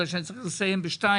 בגלל שאני צריך לסיים ב-14:00.